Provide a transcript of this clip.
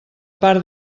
part